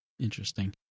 Interesting